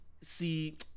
see